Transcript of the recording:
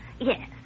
Yes